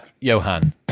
Johan